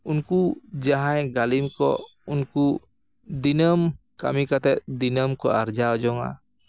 ᱩᱱᱠᱩ ᱡᱟᱦᱟᱸᱭ ᱜᱟᱹᱞᱤᱢ ᱠᱚ ᱩᱱᱠᱩ ᱫᱤᱱᱟᱹᱢ ᱠᱟᱹᱢᱤ ᱠᱟᱛᱮᱫ ᱫᱤᱱᱟᱹᱢ ᱠᱚ ᱟᱨᱡᱟᱣ ᱡᱚᱝᱟ